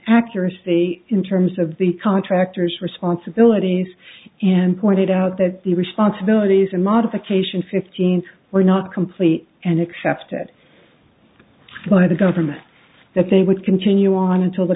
accuracy in terms of the contractors responsibilities and pointed out that the responsibilities and modification fifteen were not complete and accepted by the government that they would continue on until the